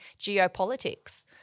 geopolitics